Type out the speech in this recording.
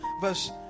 verse